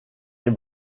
est